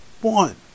One